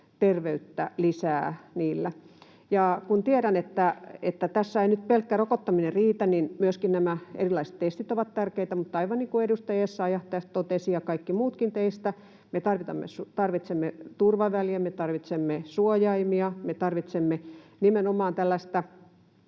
terveyttä lisää. Kun tiedän, että tässä ei nyt pelkkä rokottaminen riitä, niin myöskin nämä erilaiset testit ovat tärkeitä, mutta aivan niin kuin edustaja Essayah tässä totesi ja kaikki muutkin teistä, me tarvitsemme turvavälejä, me tarvitsemme suojaimia. Me tarvitsemme nimenomaan tällaista...